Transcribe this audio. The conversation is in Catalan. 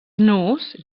nus